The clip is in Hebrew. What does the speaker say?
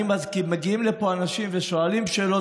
מגיעים לפה אנשים ושואלים שאלות,